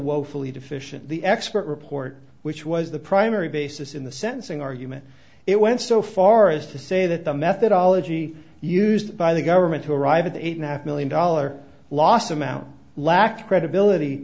woefully deficient the expert report which was the primary basis in the sentencing argument it went so far as to say that the methodology used by the government to arrive at the eight and a half million dollars loss amount lacked credibility